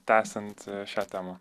tęsiant šią temą